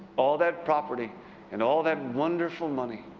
all that property and all that wonderful money.